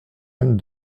end